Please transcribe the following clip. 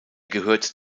gehörte